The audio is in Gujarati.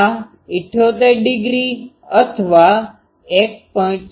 આ 78° અથવા 1